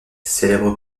célèbre